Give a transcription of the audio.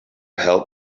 help